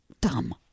dumb